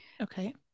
Okay